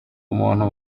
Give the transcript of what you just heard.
umuntu